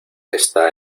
está